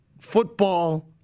football